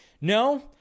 No